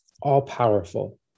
all-powerful